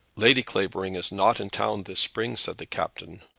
lady clavering is not in town this spring, said the captain.